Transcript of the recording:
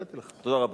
תודה רבה.